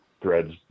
threads